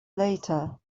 later